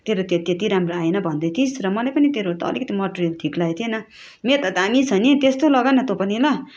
तेरो त्यो त्यति राम्रो आएन भन्दै थिइस् र मलाई पनि तेरो त अलिकिति मेटेरियल ठिक लागेको थिएन मेरो त दामी छ नि त्यस्तै लगा न तँ पनि ल